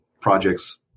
projects